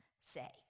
say